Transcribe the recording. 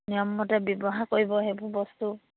নিয়মমতে ব্যৱহাৰ কৰিব সেইবোৰ বস্তু